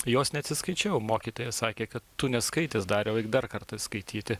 jos neatsiskaičiau mokytoja sakė kad tu neskaitęs dariau eik dar kartą skaityti